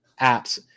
apps